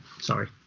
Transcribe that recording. sorry